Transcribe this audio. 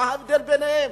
מה ההבדל ביניהם?